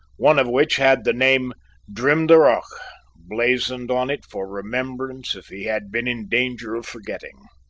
one of which had the name drimdarroch blazoned on it for remembrance if he had been in danger of forgetting.